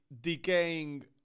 decaying